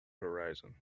horizon